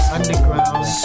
Underground